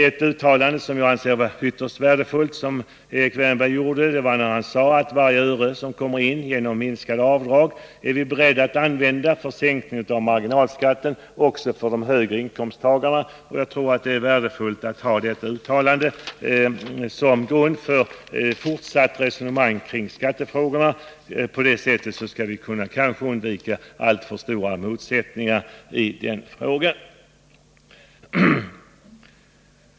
Ett uttalande som Erik Wärnberg gjorde anser jag vara ytterst värdefullt. Det var hans uttalande att socialdemokraterna är beredda att använda varje öre som kommer in genom minskade avdrag till sänkning av marginalskatten, också för de högre inkomsttagarna. Jag tror att det är värdefullt att ha detta uttalande som grund för fortsatt resonemang kring skattefrågorna. På det sättet kan vi kanske undvika alltför stora motsättningar i dessa frågor.